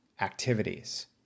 activities